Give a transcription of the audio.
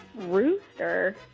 Rooster